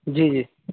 جی جی